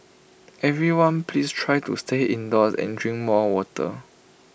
everyone please try to stay indoors and drink more water